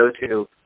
go-to